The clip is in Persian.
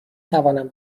توانم